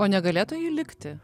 o negalėtų ji likti